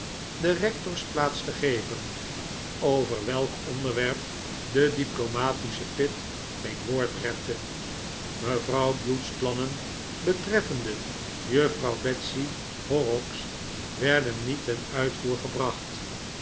de rectorsplaats te geven over welk onderwerp de diplomatische pitt geen woord repte mevrouw bute's plannen betreffende juffrouw betsy horrocks werden niet ten uitvoer ge